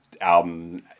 album